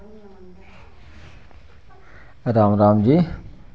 Ram Ram जी